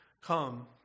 come